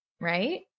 right